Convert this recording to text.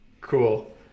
Cool